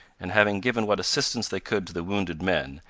and having given what assistance they could to the wounded men,